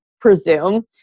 presume